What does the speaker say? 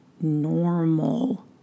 normal